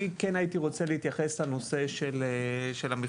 אני כן הייתי רוצה להתייחס לנושא של המכסות,